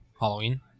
Halloween